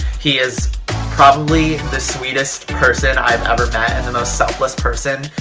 he is probably the sweetest person i have ever met, and the most selfless person.